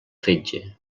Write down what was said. fetge